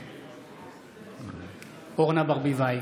נגד אורנה ברביבאי,